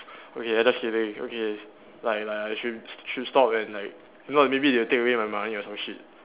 okay lah just kidding okay like like I should should stop and like if not maybe they'll take away my money or some shit